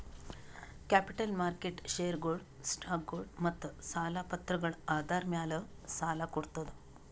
capital market ಷೇರ್ಗೊಳು, ಸ್ಟಾಕ್ಗೊಳು ಮತ್ತ್ ಸಾಲ ಪತ್ರಗಳ್ ಆಧಾರ್ ಮ್ಯಾಲ್ ಸಾಲ ಕೊಡ್ತದ್